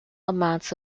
amounts